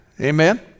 Amen